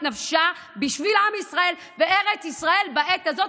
נפשה בשביל עם ישראל בארץ ישראל בעת הזאת,